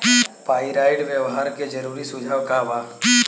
Pyrite व्यवहार के जरूरी सुझाव का वा?